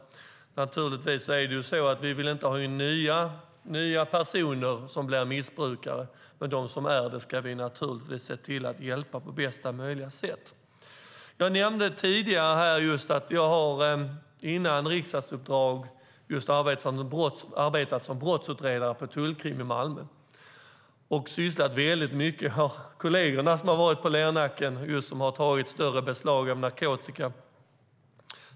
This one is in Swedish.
Vi vill naturligtvis inte att nya personer ska bli missbrukare. Men vi ska naturligtvis se till att på bästa möjliga sätt hjälpa dem som redan är missbrukare. Jag nämnde tidigare här att jag innan jag blev riksdagsledamot har arbetat som brottsutredare på tullkrim i Malmö och har sysslat mycket med detta. Kolleger som har varit på Lernacken har tagit större beslag av narkotika.